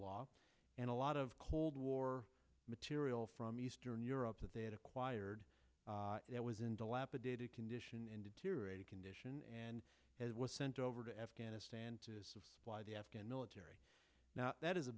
law and a lot of cold war material from eastern europe that they had acquired it was in dilapidated condition and deteriorating condition and it was sent over to afghanistan to the afghan military now that is a